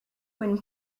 when